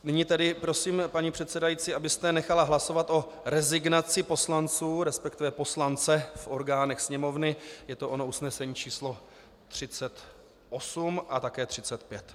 Nyní tedy prosím, paní předsedající, abyste nechala hlasovat o rezignaci poslanců, resp. poslance v orgánech Sněmovny, je to ono usnesení číslo 38 a také 35.